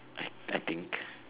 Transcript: I I think